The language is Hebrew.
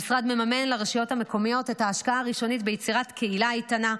המשרד מממן לרשויות המקומיות את ההשקעה הראשונית ביצירת קהילה איתנה,